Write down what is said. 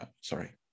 sorry